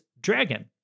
dragon